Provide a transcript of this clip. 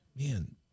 man